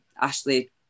Ashley